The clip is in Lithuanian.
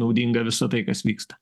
naudinga visa tai kas vyksta